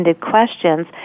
questions